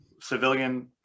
civilian